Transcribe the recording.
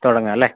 തുടങ്ങാം അല്ലേ